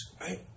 right